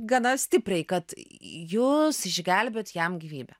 gana stipriai kad jūs išgelbėjot jam gyvybę